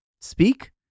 speak